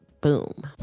Boom